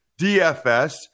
DFS